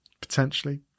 potentially